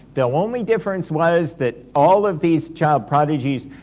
the only difference was that all of these child prodigies,